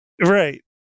Right